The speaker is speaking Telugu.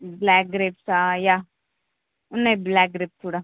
బ్లాక్ గ్రేప్సా యా ఉన్నాయి బ్లాక్ గ్రేప్స్ కూడా